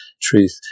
truth